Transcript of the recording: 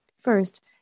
First